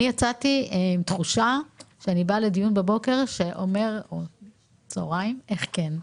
יצאתי עם תחושה שבאתי לדיון שאומר איך כן.